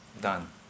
done